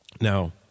Now